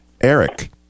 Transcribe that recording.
Eric